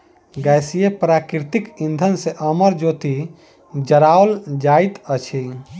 गैसीय प्राकृतिक इंधन सॅ अमर ज्योति जराओल जाइत अछि